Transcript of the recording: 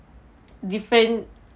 different